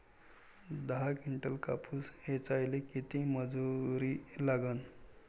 दहा किंटल कापूस ऐचायले किती मजूरी लागन?